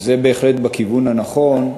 אז זה בהחלט בכיוון הנכון.